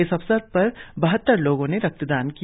इस अवसर पर बहत्तर लोगों ने रक्तदान किया